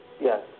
Yes